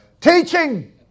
Teaching